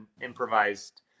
improvised